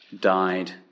died